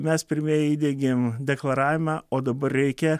mes pirmieji įdiegėm deklaravimą o dabar reikia